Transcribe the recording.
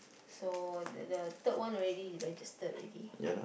so the the third one you already registered already